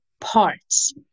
parts